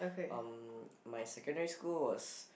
um my secondary school was